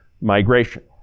migration